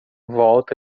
volta